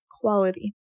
quality